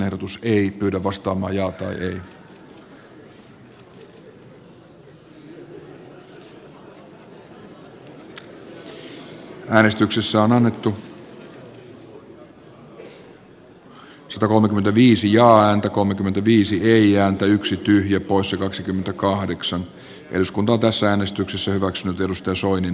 ensin äänestetään jyrki yrttiahon ehdotuksesta juha sipilän ehdotusta vastaan sitten voittaneesta timo soinin ehdotusta vastaan ja lopuksi siitä nauttiiko valtioneuvosto eduskunnan luottamusta